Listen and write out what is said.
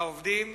העובדים,